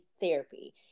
therapy